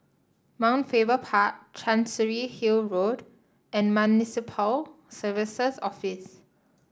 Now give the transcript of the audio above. Mount Faber Park Chancery Hill Road and Municipal Services Office